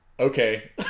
okay